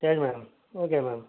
சரி madam okay ma'am